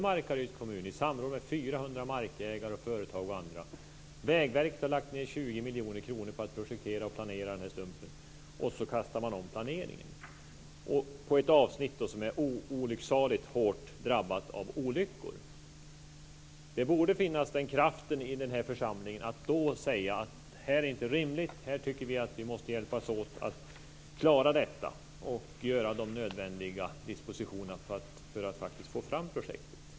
Markaryds kommun har haft samråd med 400 markägare, företag och andra, och Vägverket har lagt ned 20 miljoner kronor på att projektera och planera den här stumpen. Och så kastar man om planeringen - på ett avsnitt som är olycksaligt hårt drabbat av olyckor. Då borde det finnas kraft i den här församlingen att säga att det här inte är rimligt. Här tycker vi att vi måste hjälpas åt att klara detta och göra de nödvändiga dispositionerna för att faktiskt få fram projektet.